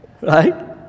right